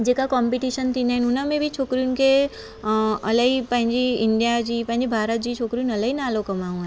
जेका कॉम्पटीशन थींदा आहिनि उननि में बि छोकिरियुन खे अ इलाही पंहिंजी इलाही इंडिआ जे पंहिंजे भारत जी छोकिरियुनि इलाही नालो कमायो आहे